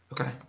okay